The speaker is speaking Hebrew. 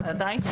ודאי.